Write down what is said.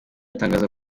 itangaza